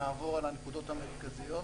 נעבור על הנקודות המרכזיות.